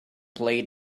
play